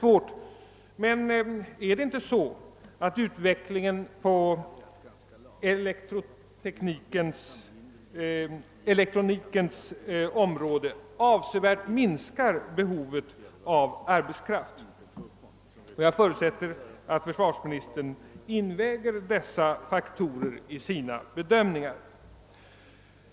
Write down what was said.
Det lär vara så att utvecklingen på elektronikens område avsevärt minskar behovet av arbetskraft. Jag förutsätter att försvarsministern tar hänsyn till dessa faktorer vid sina bedömningar.